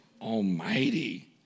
almighty